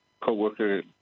co-worker